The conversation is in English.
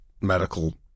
medical